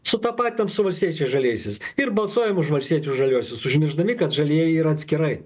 sutapatinom su valstiečiais žaliaisiais ir balsuojam už valstiečius žaliuosius užmiršdami kad žalieji yra atskirai